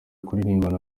kuririmbana